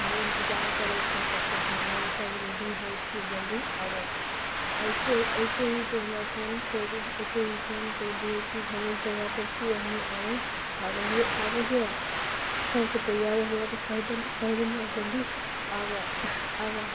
तोहरे इन्तजार करै छिअऽ तबतक हमलोक सभ रेडी होइ छी जल्दी आबऽ अएते अएतहि तू हमरा फोन करि अएतहि फोन करि दिहो कि जे हम ई जगहपर छी हमहूँ आबै आबै हिअऽ आबै हिअऽ सभके तैआरो होइले तऽ कहि देलिअऽ कहि देलिअऽ जल्दी आबऽ आबऽ